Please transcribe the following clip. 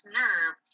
nerve